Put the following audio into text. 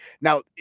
Now